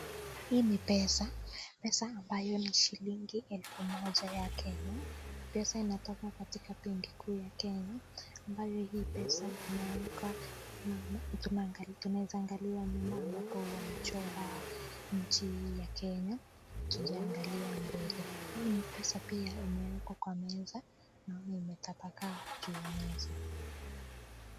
Hii ni pesa, pesa ambayo ni shilingi elfu moja ya Kenya. Pesa inatoka Benki Kuu ya Kenya. Ambayo hii pesa inawekwa, tunaweza angalia nyuma ambapo wamechora nchi ya Kenya tukiangalia mbele. Hii ni pesa pia imewekwa kwa meza na imetapakaa juu ya meza.